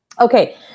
Okay